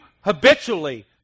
habitually